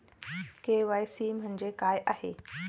KYC म्हणजे काय आहे?